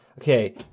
Okay